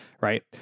right